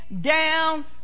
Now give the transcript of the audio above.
down